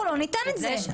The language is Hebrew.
אנחנו לא ניתן את זה.